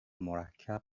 مرکب